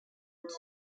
rote